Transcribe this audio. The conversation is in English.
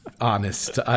honest